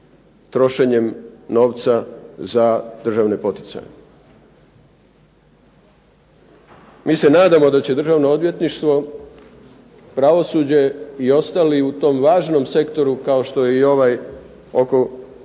trošenjem novca za državne poticaje. Mi se nadamo da će Državno odvjetništvo, pravosuđe i ostali u tom važnom sektoru kao što je i ovaj oko